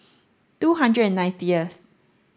two hundred and ninetieth